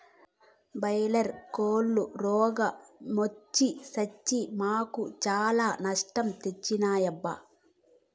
boiler కోల్లు రోగ మొచ్చి సచ్చి మాకు చాలా నష్టం తెచ్చినాయబ్బా